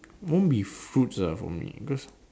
won't be fruits ah for me because